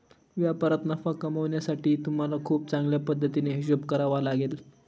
व्यापारात नफा कमावण्यासाठी तुम्हाला खूप चांगल्या पद्धतीने हिशोब करावा लागेल